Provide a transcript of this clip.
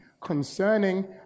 concerning